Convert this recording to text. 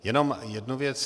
Jenom jednu věc.